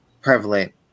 prevalent